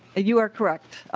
you are correct.